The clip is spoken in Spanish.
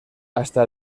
hasta